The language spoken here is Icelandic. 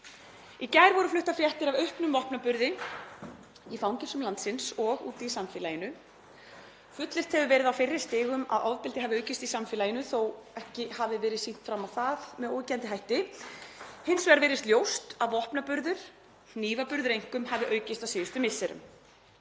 Í gær voru fluttar fréttir af auknum vopnaburði í fangelsum landsins og úti í samfélaginu. Fullyrt hefur verið á fyrri stigum að ofbeldi hafi aukist í samfélaginu þótt ekki hafi verið sýnt fram á það með óyggjandi hætti. Hins vegar virðist ljóst að vopnaburður, einkum hnífaburður, hafi aukist á síðustu misserum.